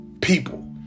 people